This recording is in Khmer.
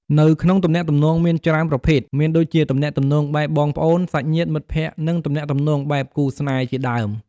នៅក្នុងទំនាក់ទំនងមានច្រើនប្រភេទ មានដូចជាទំនាក់ទំនងបែបបងប្អូន សាច់ញាតិ មិត្តភក្តិ និងទំនាក់ទំនងបែបគូរស្នេហ៍ជាដើម។